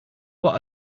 what